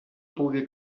pugui